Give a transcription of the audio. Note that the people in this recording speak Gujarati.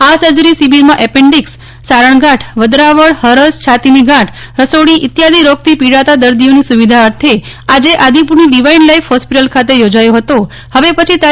આ સર્જરી શિબિરમાં એપેન્ડિક્સ સારણગાંઠ વધરાવળ હરસ છાતીની ગાંઠ રસોળી ઇત્યાદિ રોગથી પીડાતા દર્દીઓની સુવિધા અર્થે આજે આદિપુરની ડિવાઇન લાઇફ હ્રેસ્પિટલ ખાતે યોજાયો હતો હવે પછી તા